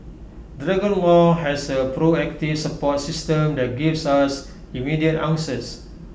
dragon law has A proactive support system that gives us immediate answers